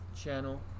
channel